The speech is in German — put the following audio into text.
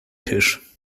tisch